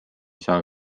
saa